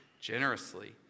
generously